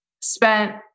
spent